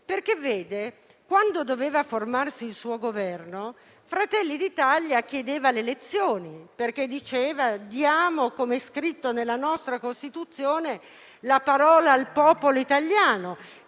Parlamento. Quando doveva formarsi il suo Governo, Fratelli d'Italia chiedeva le elezioni, perché diceva: «Diamo, come è scritto nella nostra Costituzione, la parola al popolo italiano,